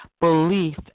belief